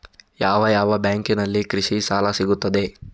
ಯಾವ ಯಾವ ಬ್ಯಾಂಕಿನಲ್ಲಿ ಕೃಷಿ ಸಾಲ ಸಿಗುತ್ತದೆ?